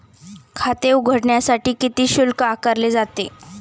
खाते उघडण्यासाठी किती शुल्क आकारले जाते?